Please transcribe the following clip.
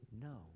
no